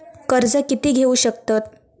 कर्ज कीती घेऊ शकतत?